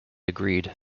agreed